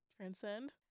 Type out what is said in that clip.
transcend